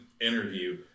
interview